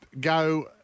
go